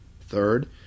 Third